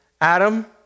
Adam